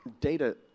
data